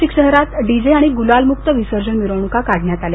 नाशिक शहरात D J आणि गुलालमुक्त विसर्जन मिरवणुका काढण्यात आल्या